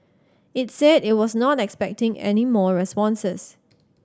it said it was not expecting any more responses